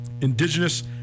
Indigenous